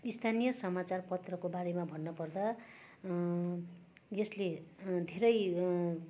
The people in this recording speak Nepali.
स्थानीय समाचारपत्रको बारेमा भन्नपर्दा यसले धेरै